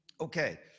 Okay